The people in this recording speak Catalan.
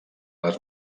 les